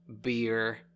beer